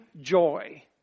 joy